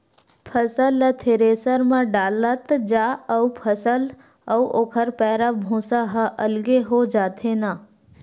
फसल ल थेरेसर म डालत जा अउ फसल अउ ओखर पैरा, भूसा ह अलगे हो जाथे न